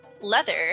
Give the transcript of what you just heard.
leather